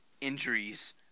injuries